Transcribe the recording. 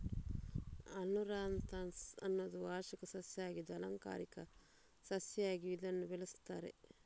amaranthus ಅನ್ನುದು ವಾರ್ಷಿಕ ಸಸ್ಯ ಆಗಿದ್ದು ಆಲಂಕಾರಿಕ ಸಸ್ಯ ಆಗಿಯೂ ಇದನ್ನ ಬೆಳೆಸ್ತಾರೆ